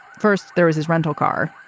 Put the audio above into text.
first, there is his rental car.